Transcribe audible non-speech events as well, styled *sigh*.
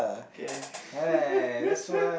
okay *laughs*